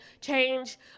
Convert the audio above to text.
change